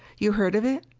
you heard of it?